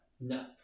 No